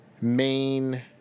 main